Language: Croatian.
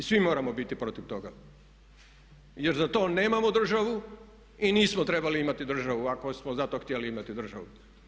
I svi moramo biti protiv toga jer za to nemamo državu i nismo trebali imati državu ako smo zato htjeli imati državu.